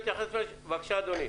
בבקשה, אדוני.